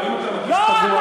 אבל אם אתה מרגיש פגוע,